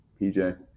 PJ